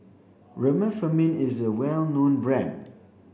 Remifemin is a well known brand